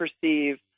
perceive